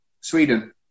Sweden